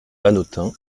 hanotin